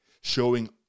showing